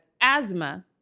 asthma